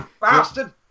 Bastard